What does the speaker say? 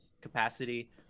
capacity